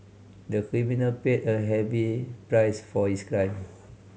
the criminal paid a heavy price for his crime